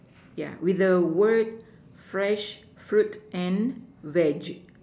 yeah with the word fresh fruit and veg